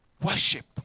worship